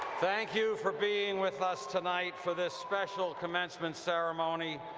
thank you for being with us tonight for this special commencement ceremony.